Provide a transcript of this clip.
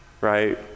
right